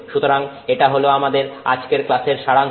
সুতরাং এটা হল আমাদের আজকের ক্লাসের সারাংশ